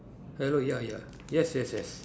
hello ya ya yes yes yes